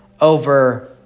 over